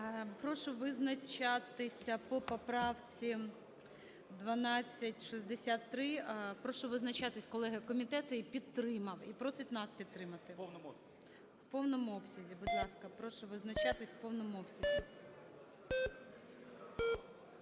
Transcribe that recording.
Прошу визначатися по поправці 1263, прошу визначатися, колеги, комітет її підтримав і просить нас підтримати в повному обсязі. Будь ласка, прошу визначатися в повному обсязі.